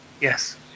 Yes